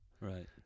right